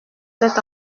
cet